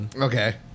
Okay